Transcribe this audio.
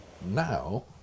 Now